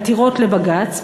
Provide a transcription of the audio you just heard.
עתירות לבג"ץ,